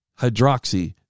hydroxy